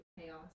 chaos